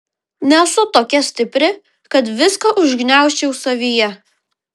nesu tokia stipri kad viską užgniaužčiau savyje